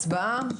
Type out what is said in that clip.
הצבעה.